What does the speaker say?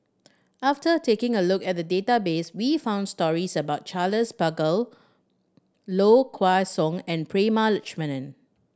after taking a look at the database we found stories about Charles Paglar Low Kway Song and Prema Letchumanan